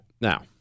Now